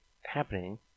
happening